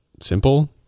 simple